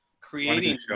creating